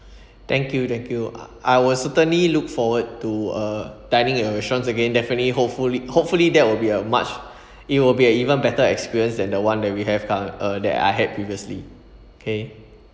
thank you thank you I will certainly look forward to uh dining at your restaurants again definitely hopeful~ hopefully there will be a much it will be even better experience than the one that we have cur~ uh that I had previously okay